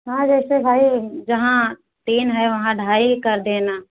हाँ जैसे भाई जहाँ तीन हैं वहाँ ढाई ही कर देना